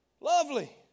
Lovely